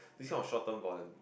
this kind of short term volun~